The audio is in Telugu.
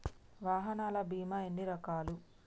వాహనాల బీమా ఎన్ని రకాలు?